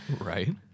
Right